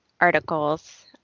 articles